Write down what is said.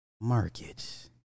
markets